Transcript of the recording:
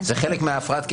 זה חלק מהפרעת קשב.